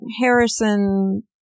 Harrison